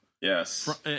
Yes